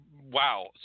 wow